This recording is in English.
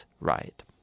right